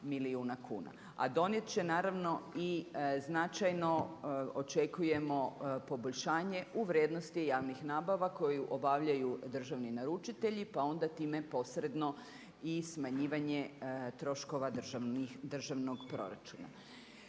a donijet će naravno i značajno očekujemo poboljšanje u vrijednosti javnih nabava koju obavljaju državni naručitelji, pa onda time posredno i smanjivanje troškova državnog proračuna.